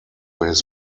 his